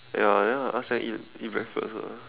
ya then I ask them eat breakfast ah